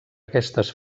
aquestes